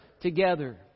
together